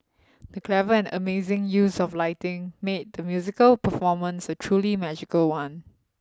the clever and amazing use of lighting made the musical performance a truly magical one